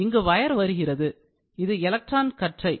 இங்கு வயர் வருகிறது இது எலக்ட்ரான் கற்றை